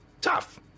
tough